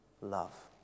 love